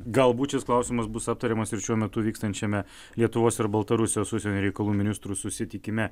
galbūt šis klausimas bus aptariamas ir šiuo metu vykstančiame lietuvos ir baltarusijos užsienio reikalų ministrų susitikime